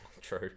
True